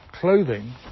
clothing